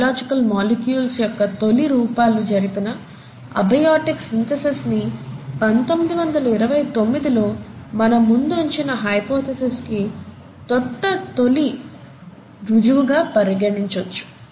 biological molecules యొక్క తొలి రూపాలు జరిపిన అబయోటిక్ సింథెసిస్ ని 1929 లో మన ముందుంచిన హైపోథీసిస్ కి తొట్ట తొలి రుజువుగా పరిగణించొచ్చు